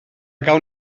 gawn